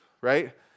right